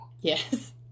Yes